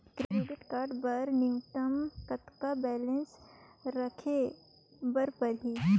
Credit card बर न्यूनतम कतका बैलेंस राखे बर पड़ही?